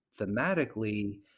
thematically